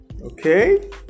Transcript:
okay